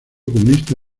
comunista